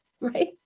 right